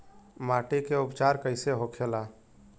माटी के उपचार कैसे होखे ला?